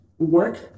Work